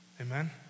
Amen